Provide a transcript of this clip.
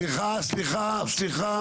סליחה, סליחה.